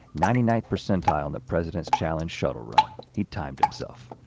ninety ninth percentile in the president's challenge shuttle run, he'd timed himself.